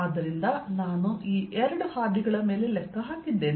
ಆದ್ದರಿಂದ ನಾನು ಈ ಎರಡು ಹಾದಿಗಳ ಮೇಲೆ ಲೆಕ್ಕ ಹಾಕಿದ್ದೇನೆ